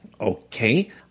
Okay